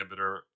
inhibitor